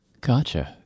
Gotcha